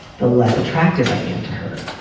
the less attractive i am to her.